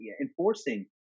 enforcing